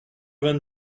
vingt